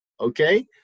Okay